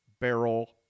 Barrel